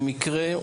במקרה,